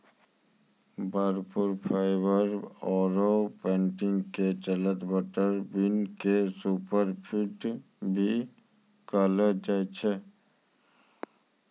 भरपूर फाइवर आरो प्रोटीन के चलतॅ बटर बीन क सूपर फूड भी कहलो जाय छै